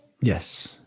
yes